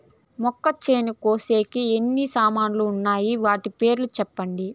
మొక్కచేను కోసేకి ఎన్ని సామాన్లు వున్నాయి? వాటి పేర్లు సెప్పండి?